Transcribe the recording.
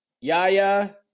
Yaya